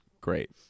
Great